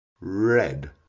Red